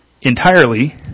entirely